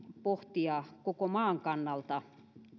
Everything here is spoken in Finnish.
pohtia koko maan kannalta